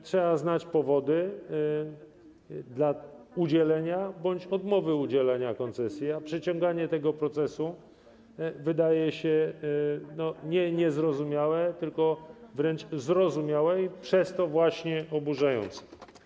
Trzeba znać powody udzielenia bądź odmowy udzielenia koncesji, a przeciąganie tego procesu wydaje się nie niezrozumiałe, tylko wręcz zrozumiałe i przez to właśnie oburzające.